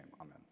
Amen